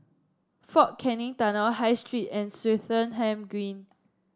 Fort Canning Tunnel High Street and Swettenham Green